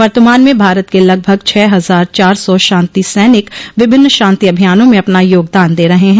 वर्तमान में भारत के लगभग छह हजार चार सौ शांति सैनिक विभिन्न शांति अभियानों में अपना योगदान दे रहे हैं